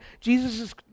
Jesus